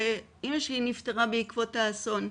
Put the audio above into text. שאמא שלי נפטרה בעקבות האסון,